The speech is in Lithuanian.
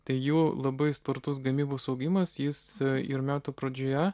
tai jų labai spartus gamybos augimas jis ir metų pradžioje